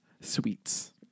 sweets